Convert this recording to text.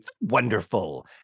wonderful